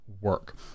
work